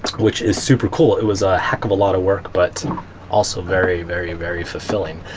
which is super cool. it was a heck of a lot of work but also very, very, very fulfilling.